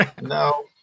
No